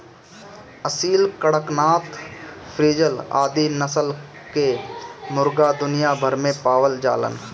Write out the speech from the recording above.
Aseel, Kadaknath, frizzle आदि नस्ल कअ मुर्गा दुनिया भर में पावल जालन